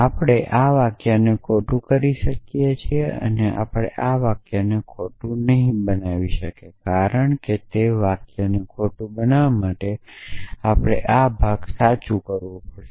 આપણે આ વાક્યને ખોટું કરી શકીએ છીએ આપણે આ વાક્યને ખોટું નહીં બનાવી શકીએ કારણ કે તે વાક્યને ખોટું બનાવવા માટે આપણે આ ભાગ સાચું બનાવવો પડશે